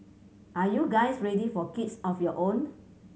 are you guys ready for kids of your own